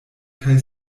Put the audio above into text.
kaj